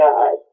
God